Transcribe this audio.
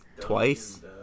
twice